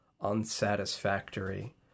unsatisfactory